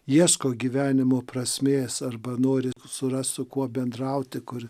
ieško gyvenimo prasmės arba nori surast su kuo bendrauti kur